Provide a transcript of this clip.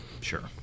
Sure